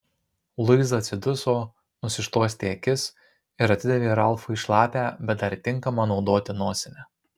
luiza atsiduso nusišluostė akis ir atidavė ralfui šlapią bet dar tinkamą naudoti nosinę